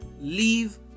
Leave